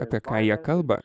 apie ką jie kalba